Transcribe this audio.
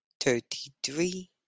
Thirty-three